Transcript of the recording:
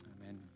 amen